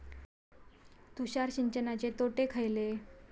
तुषार सिंचनाचे तोटे खयले?